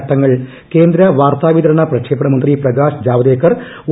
ചട്ടങ്ങൾ കേന്ദ്ര വാർത്താവിതരണ പ്രക്ഷേപണ മന്ത്രി പ്രകാശ് ജാവദേക്കർ ഒ